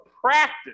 practice